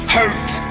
hurt